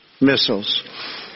missiles